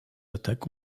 attaques